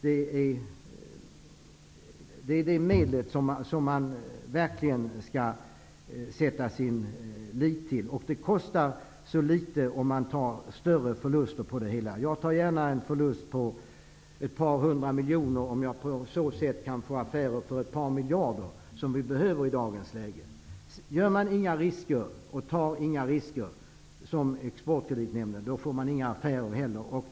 Det är det medlet som man skall sätta sin tillit till. Det sade också Bengt Dalström. Det kostar så litet. Jag tar gärna en förlust på ett par hundra miljoner om jag på så sätt kan få affärer för ett par miljarder. Det behöver vi i dagens läge. Om man som Exportkreditnämnden inte tar några risker, gör man heller inga affärer.